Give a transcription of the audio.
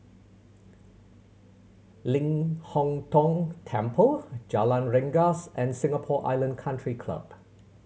Ling Hong Tong Temple Jalan Rengas and Singapore Island Country Club